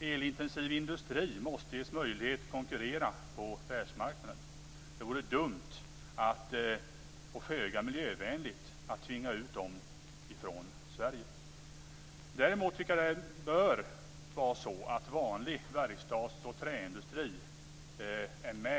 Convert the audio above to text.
Elintensiv industri måste ges möjlighet att konkurrera på världsmarknaden. Det vore dumt och föga miljövänligt att tvinga ut denna industri från Sverige. Däremot bör det vara energiskatter på vanlig verkstads och träindustri.